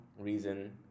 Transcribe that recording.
reason